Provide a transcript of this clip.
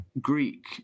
greek